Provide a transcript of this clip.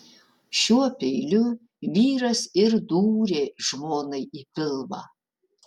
šiuo peiliu vyras ir dūrė žmonai į pilvą